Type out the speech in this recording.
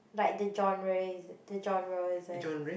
like the genre is it the genre is it